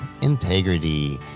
integrity